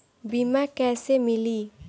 बीमा कैसे मिली?